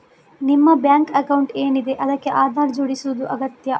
ನಿಮ್ಮ bank account ಏನಿದೆ ಅದಕ್ಕೆ ಆಧಾರ್ ಜೋಡಿಸುದು ಅಗತ್ಯ